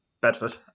Bedford